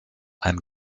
ein